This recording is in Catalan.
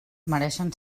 mereixen